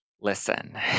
Listen